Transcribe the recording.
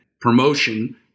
promotion